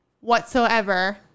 whatsoever